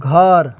घर